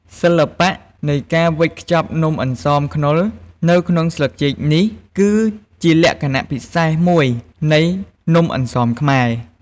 សិល្បៈនៃការវេចខ្ចប់នំអន្សមខ្នុរនៅក្នុងស្លឹកចេកនេះ គឺជាលក្ខណៈពិសេសមួយនៃនំអន្សមខ្មែរ។